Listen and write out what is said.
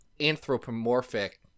anthropomorphic